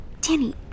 Danny